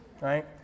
right